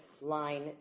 Line